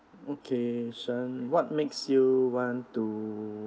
okay sharon what makes you want to